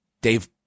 Dave